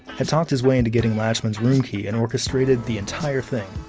had talked his way into getting lachemann's room key and orchestrated the entire thing.